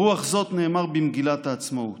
ברוח זאת נאמר במגילת העצמאות: